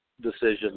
decision